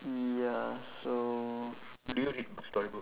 ya so